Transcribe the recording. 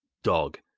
dog!